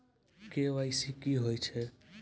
KYC की होय छै?